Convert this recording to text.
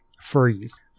freeze